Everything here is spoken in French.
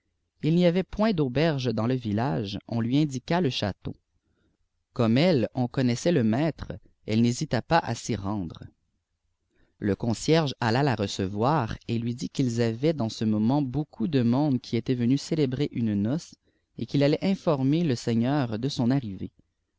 il d y avait point f auberge dans lé vitlagc on lui indiqua le château comme elle en connaissait le maître elle n'hésila pas à s y rendre le concierge alla la recevoir et lui dit qu'ils avaient dansée moment beaucoup de idonde qui était venu célébrer une noae et qu'il allait informer le seîgheur de son arrivée